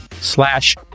slash